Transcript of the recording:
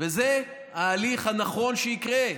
וזה ההליך הנכון שיקרה.